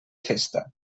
festa